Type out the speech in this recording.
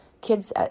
kids